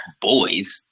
boys